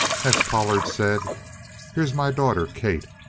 as pollard said here's my daughter kate.